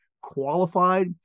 qualified